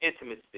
intimacy